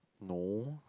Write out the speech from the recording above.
no